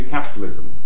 Capitalism